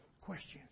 questions